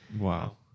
Wow